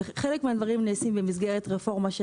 חלק מהדברים נעשים במסגרת רפורמה של